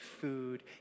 food